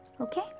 Okay